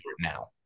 now